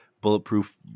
bulletproof